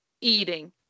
eating